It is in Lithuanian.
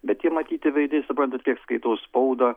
bet tie matyti veidai suprantat kiek skaitau spaudą